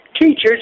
teachers